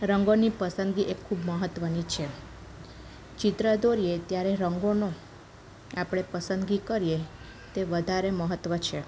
રંગોની પસંદગી એ ખૂબ મહત્વની છે ચિત્ર દોરીએ ત્યારે રંગોનો આપણે પસંદગી કરીએ તે વધારે મહત્વ છે